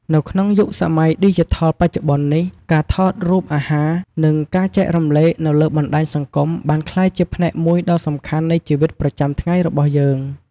នៅក្នុងយុគសម័យឌីជីថលបច្ចុប្បន្ននេះ ការថតរូបអាហារ និងការចែករំលែកនៅលើបណ្ដាញសង្គមបានក្លាយជាផ្នែកមួយដ៏សំខាន់នៃជីវិតប្រចាំថ្ងៃរបស់យើង។